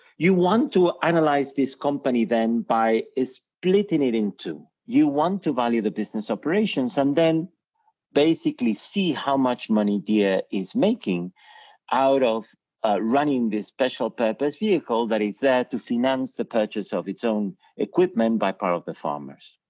you want to analyze this company then by splitting it in two. you want to value the business operations and then basically see how much money deere is making out of running this special purpose vehicle that is there to finance the purchase of its own equipment by part of the farmers.